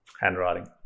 Handwriting